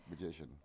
magician